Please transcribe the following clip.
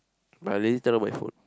but I lazy turn on my phone